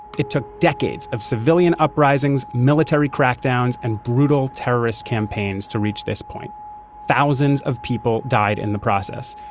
it took decades of civilian uprisings, military crackdowns and brutal terrorist campaigns to reach this point thousands of people died in the process,